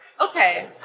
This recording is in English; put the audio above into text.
okay